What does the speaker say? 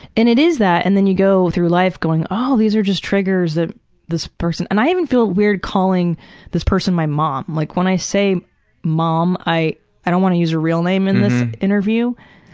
and it is that. and then you go through life going, oh these are just triggers that this person' and i even feel weird calling this person my mom. like when i say mom i i don't want to use her real name in this interview.